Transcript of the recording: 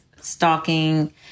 stalking